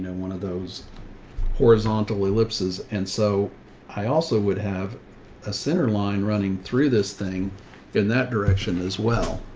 one of those horizontal ellipses. and so i also would have a center line running through this thing in that direction as well,